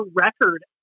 record